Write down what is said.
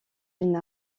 une